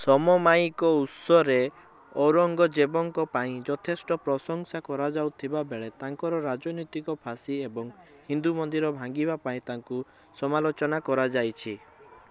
ସମମାୟିକ ଉତ୍ସରେ ଔରଙ୍ଗଜେବଙ୍କ ପାଇଁ ଯଥେଷ୍ଟ ପ୍ରଶଂସା କରା ଯାଉଥିବା ବେଳେ ତାଙ୍କର ରାଜନୈତିକ ଫାଶୀ ଏବଂ ହିନ୍ଦୁ ମନ୍ଦିର ଭାଙ୍ଗିବା ପାଇଁ ତାଙ୍କୁ ସମାଲୋଚନା କରାଯାଇଛି